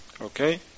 Okay